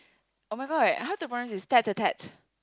oh-my-god how to pronounce this tat tat tat